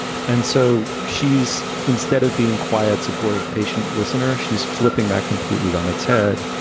and so she's instead of being quiet, supportive, patient listener, she's flipping that completely on its head,